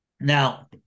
Now